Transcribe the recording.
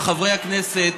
על חברי הכנסת.